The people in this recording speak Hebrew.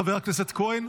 לחבר הכנסת כהן.